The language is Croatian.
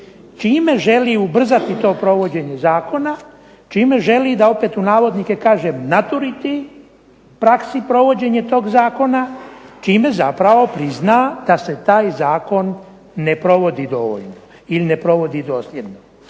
čime želi ubrzati to provođenje zakona, ime želi "naturiti" praksi provođenje tog Zakona čime zapravo prizna da se taj Zakon ne provodi dosljedno.